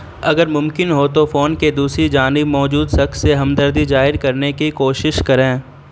اگر ممکن ہو تو فون کے دوسری جانب موجود شخص سے ہمدردی ظاہر کرنے کی کوشش کریں